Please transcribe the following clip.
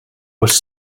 was